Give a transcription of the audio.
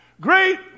Great